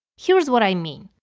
here's what i mean